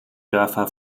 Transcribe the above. dörfer